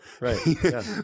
right